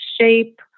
shape